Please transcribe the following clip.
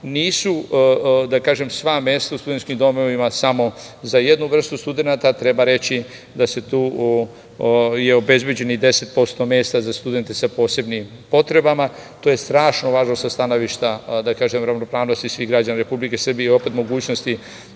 Nisu sva mesta u studentskim domovima samo za jednu vrstu studenata, treba reći da se tu obezbeđeni 10% mesta za studente sa posebnim potrebama. To je strašno važno sa stanovišta ravnopravnosti svih građana Republike Srbije i opet mogućnost